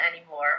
anymore